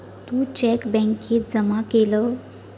तू cheque बॅन्केत जमा केलं?